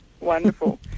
Wonderful